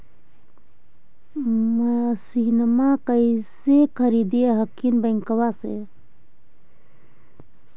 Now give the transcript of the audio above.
मसिनमा कैसे खरीदे हखिन बैंकबा से?